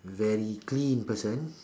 very clean person